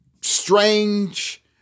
strange